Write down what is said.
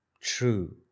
True